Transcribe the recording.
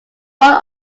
all